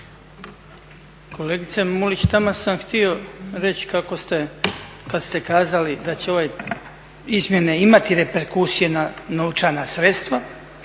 Kolegice Mulić, taman sam htio reći kako ste kad ste kazali da će ove izmjene imati reperkusije na novčana sredstva